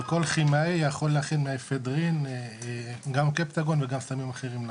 אבל כל כימאי יכול להכין מאפדרין גם קפטגון וגם סמים אחרים.